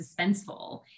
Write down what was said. suspenseful